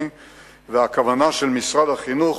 והכוונה של משרד החינוך,